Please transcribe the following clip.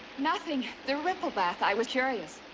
nothing. the ripple bath. i was curious.